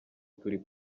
turi